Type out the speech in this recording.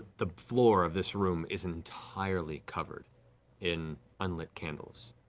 the floor of this room is entirely covered in unlit candles,